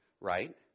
right